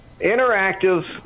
interactive